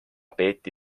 peeti